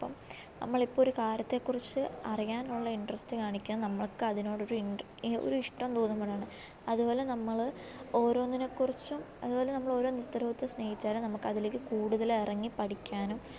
അപ്പം നമ്മളൊരു കാര്യത്തെ കുറിച്ച് അറിയാൻ ഉള്ള ഇൻട്രസ്റ്റ് കാണിക്കുക നമുക്ക് അതിനോടൊരു ഒരിഷ്ടം തോന്നുമ്പോഴാണ് അതുപോലെ നമ്മൾ ഓരോന്നിനെ കുറിച്ചും അതുപോലെ നമ്മൾ ഓരോ നൃത്തരൂപത്തെ സ്നേഹിച്ചാലും നമുക്കതിലേക്ക് കൂടുതൽ ഇറങ്ങി പഠിക്കാനും